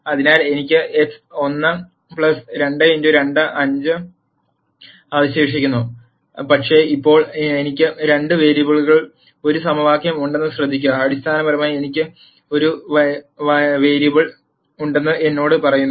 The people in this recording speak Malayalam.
അതിനാൽ എനിക്ക് x1 2x2 5 അവശേഷിക്കുന്നു പക്ഷേ ഇപ്പോൾ എനിക്ക് രണ്ട് വേരിയബിളുകളിൽ ഒരു സമവാക്യം ഉണ്ടെന്ന് ശ്രദ്ധിക്കുക അടിസ്ഥാനപരമായി എനിക്ക് ഒരു സ variable ജന്യ വേരിയബിൾ ഉണ്ടെന്ന് എന്നോട് പറയുന്നു